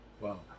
Wow